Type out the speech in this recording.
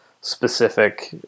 specific